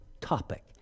topic